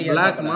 Black